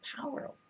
power